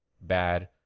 bad